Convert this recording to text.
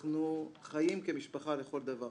אנחנו חיים כמשפחה לכל דבר.